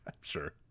sure